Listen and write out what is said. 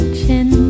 chin